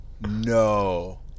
No